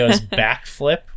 backflip